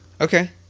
Okay